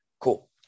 cool